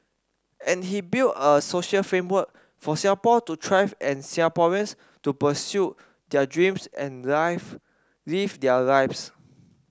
and he build a social framework for Singapore to thrive and Singaporeans to pursue their dreams and live live their lives